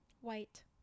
white